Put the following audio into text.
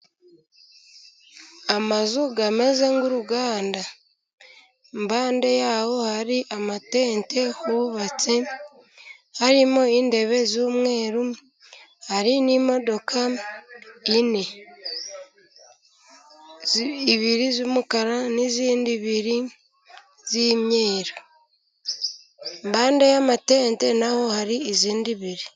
Amazu ameze nk'uruganda. Impande yaho hari amatente hubatse harimo intebe z'umweru, hari n'imodoka enye ,ebyiri z'umukara n'izindi ebyiri z'imyeru. Impande y'amatente naho hari izindi ebyiri.